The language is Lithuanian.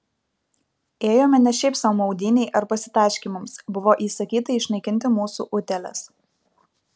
ėjome ne šiaip sau maudynei ar pasitaškymams buvo įsakyta išnaikinti mūsų utėles